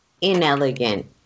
inelegant